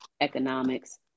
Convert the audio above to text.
economics